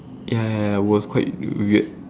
ya ya ya it was quite weird